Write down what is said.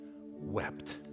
wept